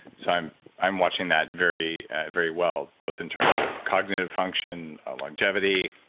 so, i'm i'm watching that very very well both in terms of cognitive function, longevity,